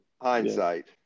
Hindsight